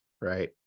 right